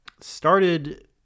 started